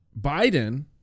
Biden